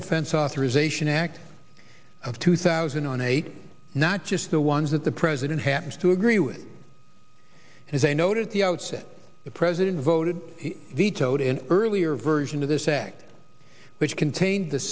defense authorization act of two thousand and eight not just the ones that the president happens to agree with as i noted at the outset the president voted he vetoed an earlier version of this act which contained the